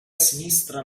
sinistra